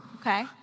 Okay